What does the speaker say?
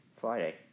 Friday